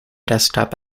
desktop